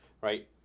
right